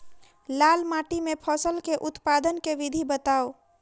लाल माटि मे फसल केँ उत्पादन केँ विधि बताऊ?